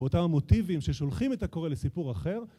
באותם מוטיבים ששולחים את הקורא לסיפור אחר.